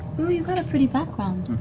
ooh, you got a pretty background.